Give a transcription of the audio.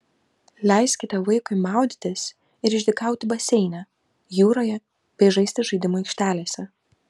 leiskite vaikui maudytis ir išdykauti baseine jūroje bei žaisti žaidimų aikštelėse